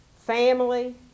family